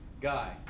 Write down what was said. guy